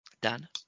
Dan